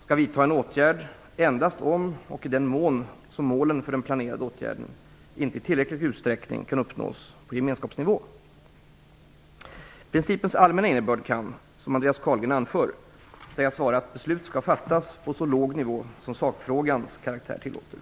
skall vidta en åtgärd endast om och i den mån som målen för den planerade åtgärden inte i tillräcklig utsträckning kan uppnås på gemenskapsnivå. Principens allmänna innebörd kan - som Andreas Carlgren anför - sägas vara att beslut skall fattas på så låg nivå som sakfrågans karaktär tillåter.